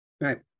Right